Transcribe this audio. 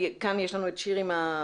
כאן יש לנו את שירי מהממ"מ.